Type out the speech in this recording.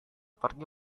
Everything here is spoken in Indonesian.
pergi